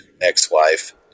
ex-wife